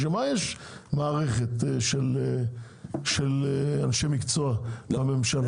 בשביל מה יש מערכת של אנשי מקצוע בממשלה?